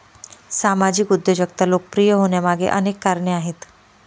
सामाजिक उद्योजकता लोकप्रिय होण्यामागे अनेक कारणे आहेत